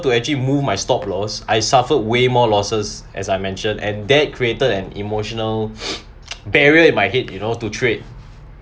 to actually move my stop loss I suffered way more losses as I mentioned and that created an emotional barrier in my head you know to trade